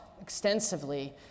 extensively